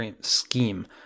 scheme